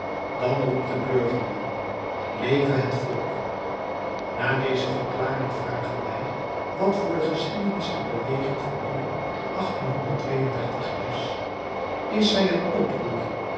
dan roept de burgerman leve het volk na deze verklaring vragen wij wat voor de geschiedenis de beweging van juli is is zij een oproer